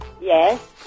yes